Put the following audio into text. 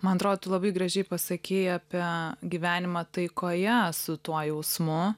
man atrodo tu labai gražiai pasakei apie gyvenimą taikoje su tuo jausmu